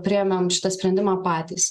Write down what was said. priėmėm šitą sprendimą patys